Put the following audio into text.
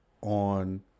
on